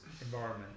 environment